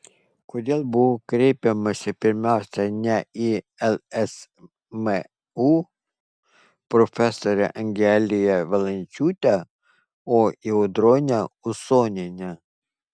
kodėl buvo kreipiamasi pirmiausia ne į lsmu profesorę angeliją valančiūtę o į audronę usonienę